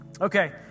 Okay